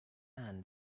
attend